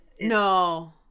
No